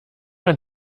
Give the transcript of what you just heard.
ein